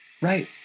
Right